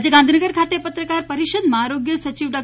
આજે ગાંધીનગર ખાતે પત્રકાર પરિષદમાં આરોગ્ય સચિવ ડો